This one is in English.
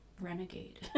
renegade